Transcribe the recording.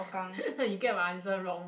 you get my answer wrong